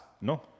No